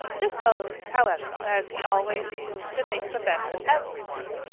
disposed, however, as he always is to think the best of everyone,